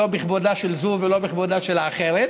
לא בכבודה של זו ולא בכבודה של האחרת.